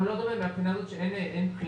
גם לא דומה להתניה הזאת שאין בחינה.